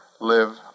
live